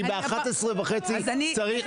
אני בשעה 11:30 צריך לסגור את הדיון.